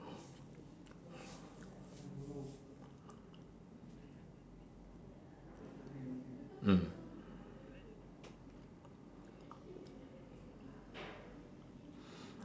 mm